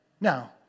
Now